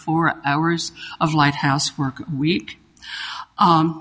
four hours of light house work week